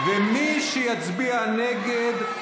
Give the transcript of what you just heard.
ומי שיצביע נגד,